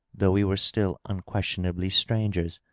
though we were still unquestionably strangers.